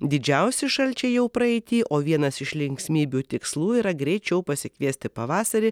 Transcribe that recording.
didžiausi šalčiai jau praeity o vienas iš linksmybių tikslų yra greičiau pasikviesti pavasarį